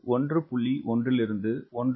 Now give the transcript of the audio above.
1 லிருந்து 1